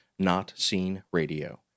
notseenradio